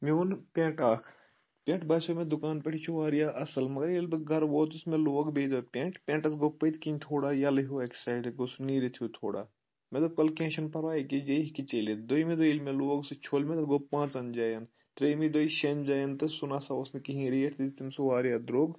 مےٚ اوٚن پؠنٛٹ اَکھ پؠٹ باسیٚو مےٚ دُکان پؠٹھ یہِ چھُ واریاہ اَصٕل مگر ییٚلہِ بہٕ گَرٕ ووتُس مےٚ لوگ بیٚیہِ دۄہ پؠنٛٹ پؠنٛٹَس گوٚو پٔتۍ کِنۍ تھوڑا یَلہٕ ہیوٗ اَکہِ سایڈٕ گوٚو سُہ نیٖرِتھ ہیوٗ تھوڑا مےٚ دوٚپ کلہٕ کینٛہہ چھُنہٕ پَرواے أکِس جی ہیٚکہِ چٔلِتھ دوٚیِمہِ دۄہ ییٚلہِ مےٚ لوگ سُہ چھو مےٚ گوٚو پانٛژَن جایَن ترٛیٚیِمہِ دۄیہِ شؠن جایَن تہٕ سُہ نہ سا اوس نہٕ کِہیٖنۍ ریٹ تٔمۍ سُہ واریاہ درٛوگ